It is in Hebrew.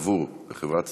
צבור בחברת סופרבוס.